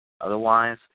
Otherwise